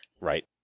Right